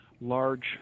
large